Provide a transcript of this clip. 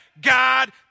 God